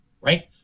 right